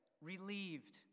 relieved